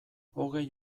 hogei